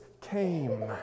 came